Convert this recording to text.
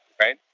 right